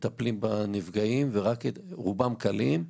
מטפלים בנפגעים, רובם קלים,